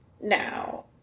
Now